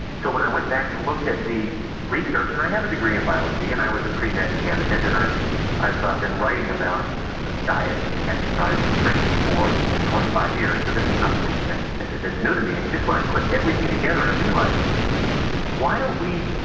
so when i went back and looked at the research, and i have a degree in biology and i was a premed candidate and i i have been writing about diet and and exercise nutrition for twenty five years, so this is nothing that's new to me, it's just when i put everything together, i realized why don't we,